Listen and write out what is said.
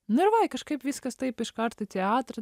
nu ir va ir kažkaip viskas taip iškart į teatrą